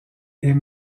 est